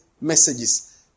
messages